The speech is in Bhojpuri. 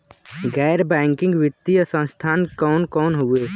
गैर बैकिंग वित्तीय संस्थान कौन कौन हउवे?